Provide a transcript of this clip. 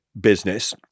business